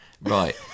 Right